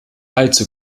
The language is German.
allzu